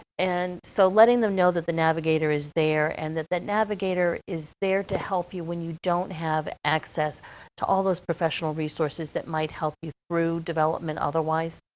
and so letting them know that the navigator is there, and that that navigator is there to help you when you don't have access to all those professional resources that might help you through development otherwise.